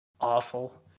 awful